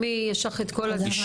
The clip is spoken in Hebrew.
תנשמי יש לך את כל הזמן.